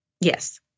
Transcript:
Yes